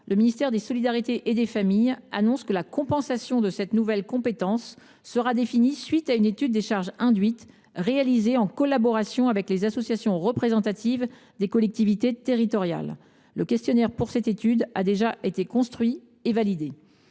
le ministère des solidarités et des familles annonce que la compensation de cette nouvelle compétence sera définie à la suite d’une étude des charges induites réalisée en collaboration avec les associations représentatives des collectivités territoriales. Le questionnaire pour cette étude a déjà été construit et validé.